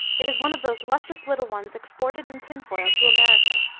it is one of those luscious little ones exported in tin foil to america,